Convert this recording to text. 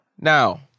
now